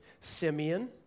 Simeon